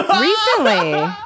Recently